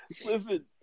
Listen